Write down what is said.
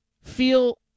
feel